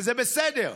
וזה בסדר,